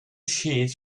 sheet